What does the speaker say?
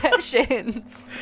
Sessions